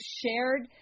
shared